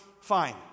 fine